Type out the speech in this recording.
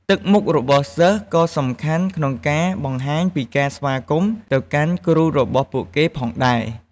ទឹកមុខរបស់សិស្សក៏សំខាន់ក្នុងការបង្ហាញពីការស្វាគមន៍ទៅកាន់គ្រូរបស់ពួកគេផងដែរ។